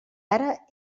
ara